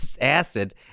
acid